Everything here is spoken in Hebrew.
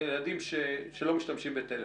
הם לא משתמשים בטלפון.